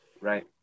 Right